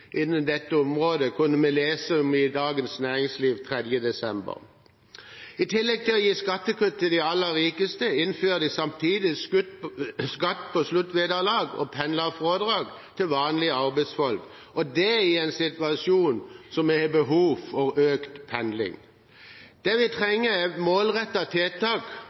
innen dette området, kunne vi lese i Dagens Næringsliv den 3. desember. I tillegg til å gi skattekutt til de aller rikeste innfører de samtidig skatt på sluttvederlag og pendlerfradrag til vanlige arbeidsfolk, og det i en situasjon da vi har behov for økt pendling. Det vi trenger, er målrettede tiltak